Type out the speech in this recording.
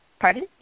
Pardon